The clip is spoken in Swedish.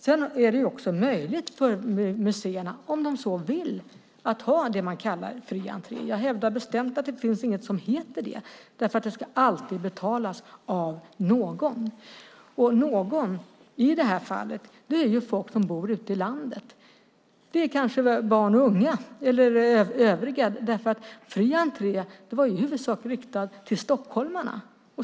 Det är också möjligt för museerna att om de så vill ha det man kallar fri entré. Jag hävdar bestämt att det egentligen inte borde finnas något som hette det, för det ska alltid betalas av någon. "Någon" är i det här fallet folk som bor ute i landet, barn och unga och övriga. "Fri entré" riktades i huvudsak till stockholmarna.